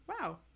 Wow